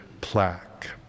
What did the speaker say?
plaque